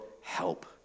help